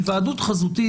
היוועדות חזותית,